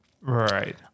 right